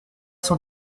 sans